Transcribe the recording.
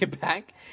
back